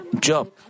Job